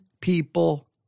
people